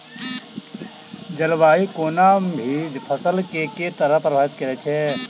जलवायु कोनो भी फसल केँ के तरहे प्रभावित करै छै?